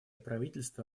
правительство